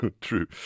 True